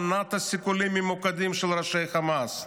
מנעת סיכולים ממוקדים של ראשי חמאס.